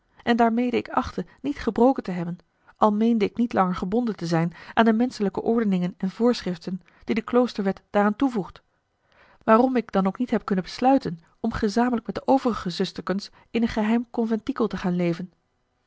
en daarmede ik achtte niet gebroken te hebben al meende ik niet langer gebonden te zijn aan de menschelijke ordeningen en voorschriften die de kloosterwet daaraan toevoegt waarom ik dan ook niet heb kunnen besluiten om gezamenlijk met de overige zusterkens in een geheim conventikel te gaan leven